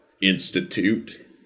Institute